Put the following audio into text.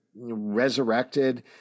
resurrected